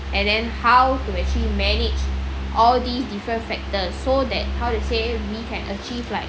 and then how to achieve manage all these different factors so that how to say we can achieve like